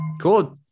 Cool